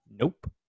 nope